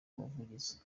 ubuvugizi